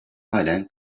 halen